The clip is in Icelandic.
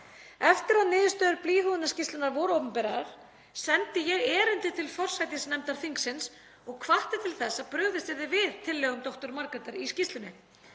Eftir að niðurstöður blýhúðunarskýrslunnar urðu opinberar sendi ég erindi til forsætisnefndar þingsins og hvatti til þess að brugðist yrði við tillögum dr. Margrétar í skýrslunni.